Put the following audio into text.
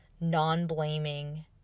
non-blaming